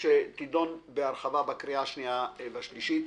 שתידון בהרחבה בהכנה לקריאה השנייה והשלישית.